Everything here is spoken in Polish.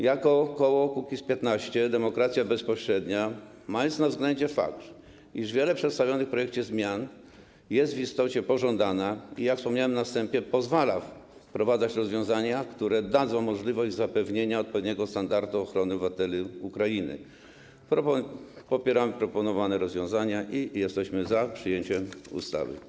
Jako koło Kukiz’15 - Demokracja Bezpośrednia, mając na względzie fakt, iż wiele przedstawionych w projekcie zmian jest w istocie pożądanych, i jak wspomniałem na wstępie, pozwala wprowadzać rozwiązania, które dadzą możliwość zapewnienia odpowiedniego standardu ochrony obywateli Ukrainy, popieramy proponowane rozwiązania i jesteśmy za przyjęciem ustawy.